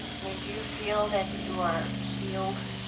i mean, do you feel that you are healed?